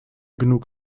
genug